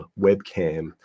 webcam